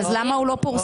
למה הוא לא פורסם?